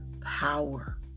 power